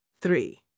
Three